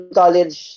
college